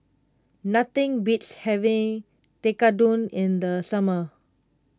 nothing beats having Tekkadon in the summer